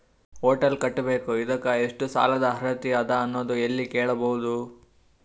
Hotel ಕಟ್ಟಬೇಕು ಇದಕ್ಕ ಎಷ್ಟ ಸಾಲಾದ ಅರ್ಹತಿ ಅದ ಅನ್ನೋದು ಎಲ್ಲಿ ಕೇಳಬಹುದು?